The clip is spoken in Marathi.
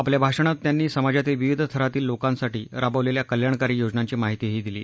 आपल्या भाषणात त्यांनी समाजातील विविध थरातील लोकांसाठी राबवलेल्या कल्याणकारी योजनांची माहितीही दिली